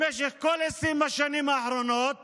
במשך רוב 20 השנים האחרונות